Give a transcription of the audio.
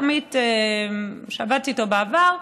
עמית שעבדתי איתו בעבר,